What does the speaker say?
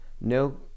No